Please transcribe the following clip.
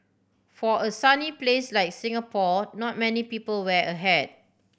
for a sunny place like Singapore not many people wear a hat